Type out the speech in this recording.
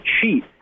cheat